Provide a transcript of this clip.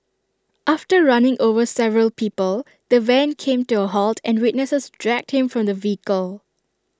after running over several people the van came to A halt and witnesses dragged him from the vehicle